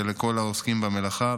ולכל העוסקים במלאכה.